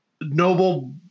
noble